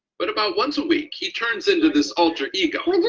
but about once a week, he turns into this alter-ego.